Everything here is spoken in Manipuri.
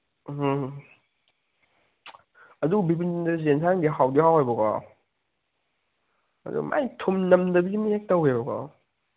ꯎꯝ ꯑꯗꯨ ꯕꯤꯄꯤꯟꯆꯟꯗ꯭ꯔꯒꯤ ꯑꯦꯟꯁꯥꯡꯁꯦ ꯍꯥꯎꯗꯤ ꯍꯥꯎꯋꯦꯕꯀꯣ ꯑꯗꯨ ꯃꯥꯒꯤ ꯊꯨꯝ ꯅꯝꯗꯕꯤ ꯑꯃ ꯍꯦꯛ ꯇꯧꯋꯦꯕꯀꯣ